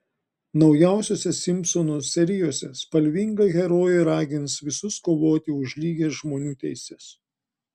naujausiose simpsonų serijose spalvinga herojė ragins visus kovoti už lygias žmonių teises